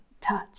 touch